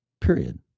Period